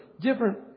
different